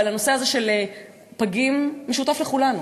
הנושא הזה של פגים משותף לכולנו.